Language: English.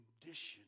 condition